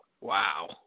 Wow